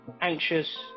anxious